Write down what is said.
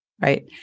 Right